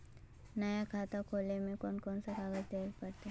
नया खाता खोले में कौन कौन कागज देल पड़ते?